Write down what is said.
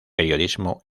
periodismo